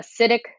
acidic